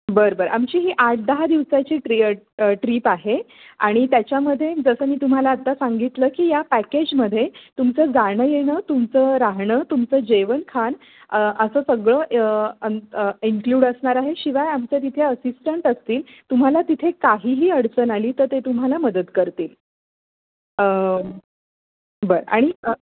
बरं बरं आमची ही आठ दहा दिवसाची ट्रि ट्रीप आहे आणि त्याच्यामध्ये जसं मी तुम्हाला आता सांगितलं की या पॅकेजमध्ये तुमचं जाणं येणं तुमचं राहणं तुमचं जेवणखान असं सगळं य आणि इन्क्ल्यूड असणार आहे शिवाय आमचं तिथे असिस्टंट असतील तुम्हाला तिथे काहीही अडचण आली तर ते तुम्हाला मदत करतील बरं आणि